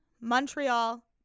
Montreal